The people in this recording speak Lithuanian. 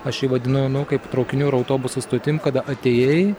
aš jį vadinu nu kaip traukinių ar autobusų stotim kada atėjai